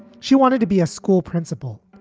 she wanted to be a school principal.